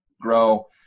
grow